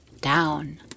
Down